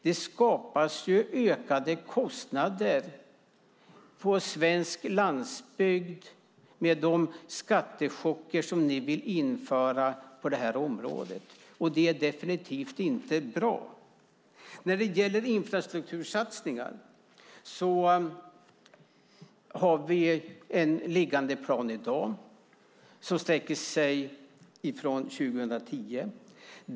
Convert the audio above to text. Det skapas ökade kostnader på den svenska landsbygden med de skattechocker som ni vill införa på det här området, och det är definitivt inte bra. När det gäller infrastruktursatsningar har vi i dag en plan som sträcker sig från 2010.